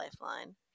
Lifeline